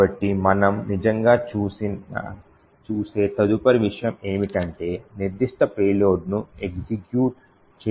కాబట్టి మనం నిజంగా చూసే తదుపరి విషయం ఏమిటంటే నిర్దిష్ట పేలోడ్ను ఎగ్జిక్యూట్ చేయడానికి బలవంతం చేయడం